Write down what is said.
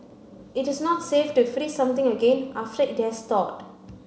it is not safe to freeze something again after it has thawed